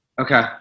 Okay